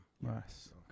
Nice